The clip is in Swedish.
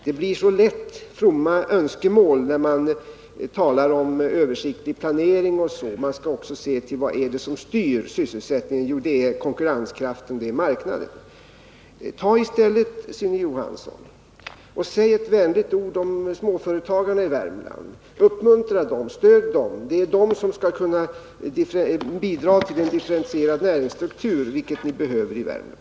Det blir så lätt fromma önskemål, när man talar om t.ex. översiktlig planering. Man skall också se till vad det är som styr sysselsättningen, nämligen konkurrenskraften och marknaden. Ta i stället, Sune Johansson, och säg ett vänligt ord om småföretagarna i Värmland, uppmuntra dem, stöd dem. Det är de som skall kunna bidra till den nödvändiga differentieringen av näringsstrukturen i Värmland.